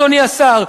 אדוני השר,